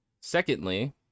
Secondly